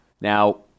Now